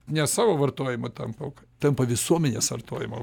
ne savo vartojimo tampa auka tampa visuomenės vartojimo